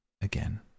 again